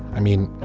i mean,